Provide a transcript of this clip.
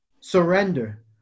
Surrender